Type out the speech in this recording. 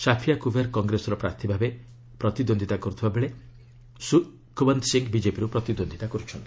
ସାଫିଆ ଜୁବେର୍ କଂଗ୍ରେସର ପ୍ରାର୍ଥୀ ଭାବେ ପ୍ରତିଦ୍ୱନ୍ଦ୍ୱିତା କରୁଥିବା ବେଳେ ସୁଖଓ୍ୱନ୍ତ ସିଂ ବିଜେପିରୁ ପ୍ରତିଦ୍ୱନ୍ଦ୍ୱିତା କର୍ଛନ୍ତି